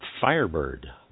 Firebird